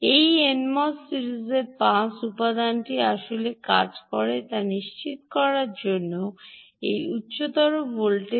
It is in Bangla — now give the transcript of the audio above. এই এনএমওএস সিরিজের পাস উপাদানটি আসলে কাজ করে তা নিশ্চিত করার জন্য এই উচ্চতর ভোল্টেজ